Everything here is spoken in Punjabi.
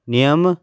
ਨਿਯਮ